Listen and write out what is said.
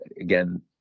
Again